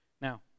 Now